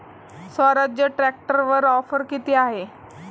स्वराज्य ट्रॅक्टरवर ऑफर किती आहे?